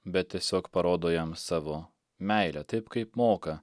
bet tiesiog parodo jam savo meilę taip kaip moka